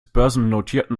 börsennotierten